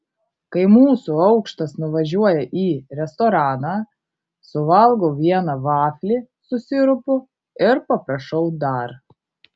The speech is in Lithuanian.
kai mūsų aukštas nuvažiuoja į restoraną suvalgau vieną vaflį su sirupu ir paprašau dar